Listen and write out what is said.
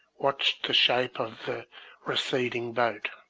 watched the shape of the receding boat,